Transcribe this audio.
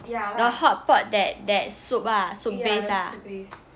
the hotpot that that soup soup base ah